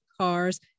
cars